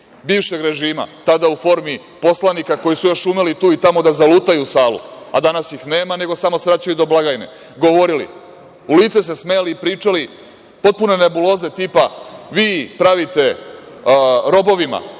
bivšeg režima, tada u formi poslanika koji su još umeli tu i tamo da zalutaju u salu, a danas ih nema, nego samo svraćaju do blagajne, govorili, u lice se smejali i pričali potpune nebuloze tipa – vi pravite robovima